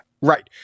Right